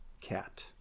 cat